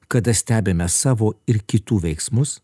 kada stebime savo ir kitų veiksmus